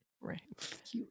Right